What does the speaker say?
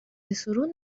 سورون